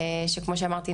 וכמו שאמרתי,